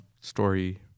story